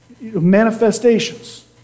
manifestations